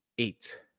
eight